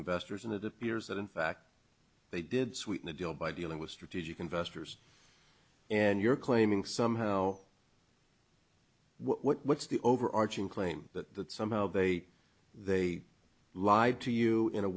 investors and it appears that in fact they did sweeten the deal by dealing with strategic investors and you're claiming somehow what's the overarching claim that somehow they they lied to you in a